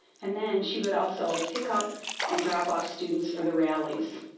and then she would also pick up and drop off students for the rallies.